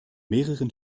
mehreren